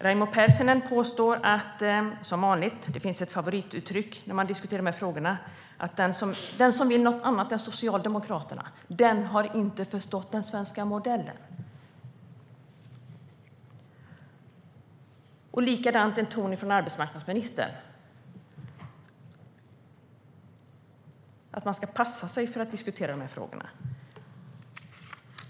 Raimo Pärssinen använder favorituttrycket när det gäller de här frågorna, nämligen att den som vill något annat än Socialdemokraterna inte har förstått den svenska modellen. Det finns en likadan ton hos arbetsmarknadsministern: Man ska passa sig för att diskutera de här frågorna!